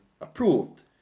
approved